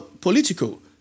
political